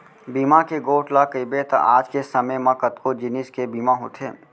बीमा के गोठ ल कइबे त आज के समे म कतको जिनिस के बीमा होथे